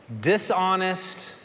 dishonest